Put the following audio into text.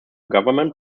government